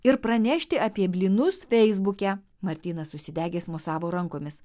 ir pranešti apie blynus feisbuke martynas užsidegęs mosavo rankomis